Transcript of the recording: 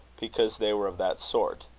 because they were of that sort.